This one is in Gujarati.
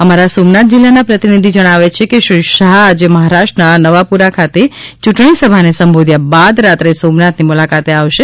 અમારા સોમનાથ જિલ્લાના પ્રતિનિધિ જણાવે છે કે શ્રી શાહ આજે મહારાષ્ટ્રના નવાપુરા ખાતે યૂંટણી સભાને સંબોધ્યા બાદ રાત્રે સોમનાથની મુલાકાતે આવશે